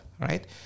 Right